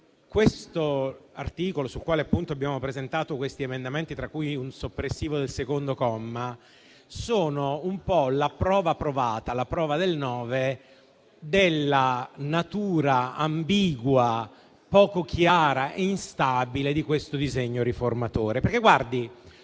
questo articolo, sul quale abbiamo presentato degli emendamenti, tra cui un soppressivo del comma 2, sono un po' la prova provata, la prova del nove, della natura ambigua, poco chiara e instabile di questo disegno riformatore.